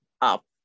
up